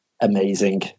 amazing